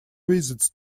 visits